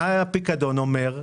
מה פיקדון אומר?